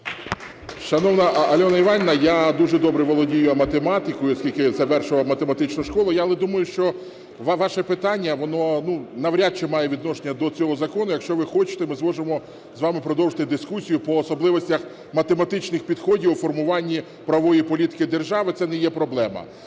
Шановна Альона Іванівна, я дуже добре володію математикою, оскільки завершував математичну школу. Але я думаю, що ваше питання, воно навряд чи має відношення до цього закону. Якщо ви хочете, ми зможемо з вами продовжити дискусію по особливостях математичних підходів у формуванні правової політики держави. Це не є проблема.